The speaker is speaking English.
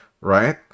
right